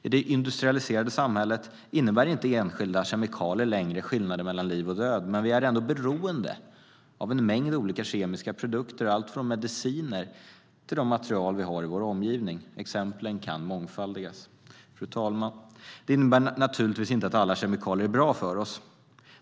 I det industrialiserade samhället innebär enskilda kemikalier inte längre skillnaden mellan liv och död, men vi är ändå beroende av en mängd olika kemiska produkter, allt från mediciner till de material vi har i vår omgivning. Exemplen kan mångfaldigas. Fru talman! Detta innebär naturligtvis inte att alla kemikalier är bra för oss.